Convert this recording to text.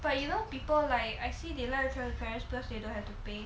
but you know people like I see they lateral flash plus you don't have to pay